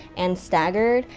and staggered,